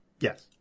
Yes